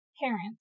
parents